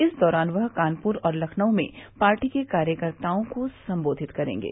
इस दौरान वह कानपुर और लखनऊ में पार्टी के कार्यकर्ताओं को संबोधित करेंगे